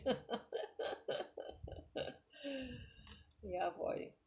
ya boy